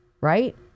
right